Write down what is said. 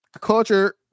Culture